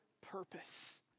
purpose